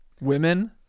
women